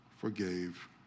forgave